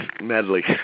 medley